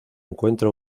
encuentra